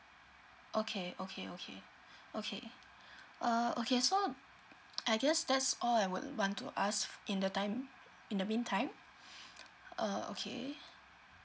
okay okay okay okay uh okay so I guess that's all I would want to ask in the time in the mean time uh okay